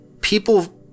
people